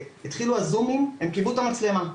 התחילו הזומים הם כיבו את המצלמה,